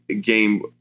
game